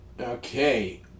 Okay